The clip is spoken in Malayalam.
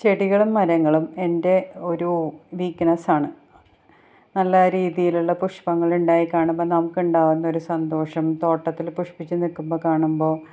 ചെടികളും മരങ്ങളും എൻ്റെ ഒരു വീക്നെസ്സാണ് നല്ല രീതിയിലുള്ള പുഷ്പങ്ങളുണ്ടായി കാണുമ്പോൾ നമുക്കുണ്ടാകുന്ന ഒരു സന്തോഷം തോട്ടത്തിൽ പുഷ്പ്പിച്ചു നിൽക്കുമ്പോൾ കാണുമ്പോൾ